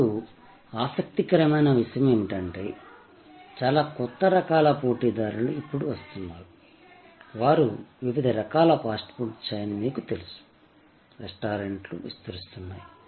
ఇప్పుడు ఆసక్తికరమైన విషయం ఏమిటంటే చాలా కొత్త రకాల పోటీదారులు ఇప్పుడు వస్తున్నారు వారు వివిధ రకాల ఫాస్ట్ ఫుడ్ చైన్ మీకు తెలుసు రెస్టారెంట్లు విస్తరిస్తున్నాయి